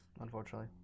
unfortunately